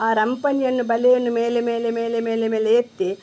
ಆ ರಂಪಣಿಯನ್ನು ಬಲೆಯನ್ನು ಮೇಲೆ ಮೇಲೆ ಮೇಲೆ ಮೇಲೆ ಮೇಲೆ ಎತ್ತಿ